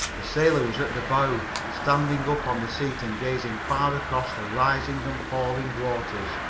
the sailor was at the bow, standing up on the seat and gazing far across the rising and falling waters.